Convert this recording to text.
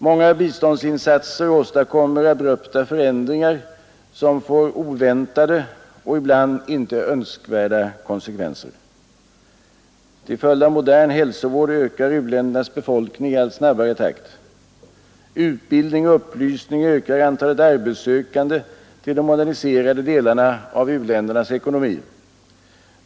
Många biståndsinsatser åstadkommer abrupta förändringar som får oväntade och ibland inte önskvärda konsekvenser. Till följd av modern hälsovård ökar u-ländernas befolkning i allt snabbare takt. Utbildning och upplysning ökar antalet arbetssökande till de moderniserade delarna av u-ländernas ekonomi.